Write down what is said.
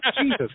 Jesus